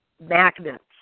magnets